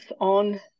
on